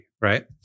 right